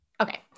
Okay